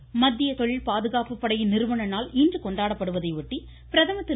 நிறுவனநாள் மத்திய தொழில் பாதுகாப்புப்படையின் நிறுவனநாள் இன்று கொண்டாடப்படுவதையொட்டி பிரதமர் திரு